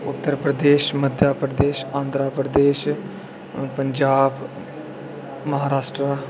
Uttar Pradesh Madhya Pradesh Andhra Pradesh Punjab Maharashtra